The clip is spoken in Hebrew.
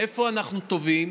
איפה אנחנו טובים?